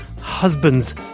husband's